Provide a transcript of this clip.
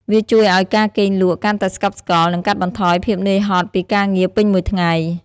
វាជួយឱ្យការគេងលក់កាន់តែស្កប់ស្កល់ និងកាត់បន្ថយភាពនឿយហត់ពីការងារពេញមួយថ្ងៃ។